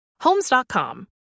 Homes.com